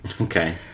Okay